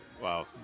Wow